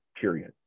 period